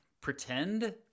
pretend